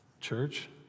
Church